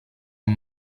amb